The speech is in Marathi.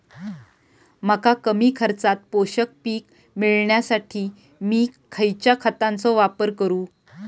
मका कमी खर्चात पोषक पीक मिळण्यासाठी मी खैयच्या खतांचो वापर करू?